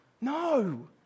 No